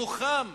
מתוכם